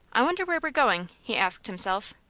i wonder where we're going? he asked himself.